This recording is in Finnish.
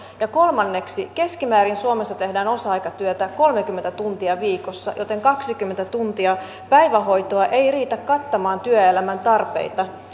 ja kolmanneksi keskimäärin suomessa tehdään osa aikatyötä kolmekymmentä tuntia viikossa joten kaksikymmentä tuntia päivähoitoa ei riitä kattamaan työelämän tarpeita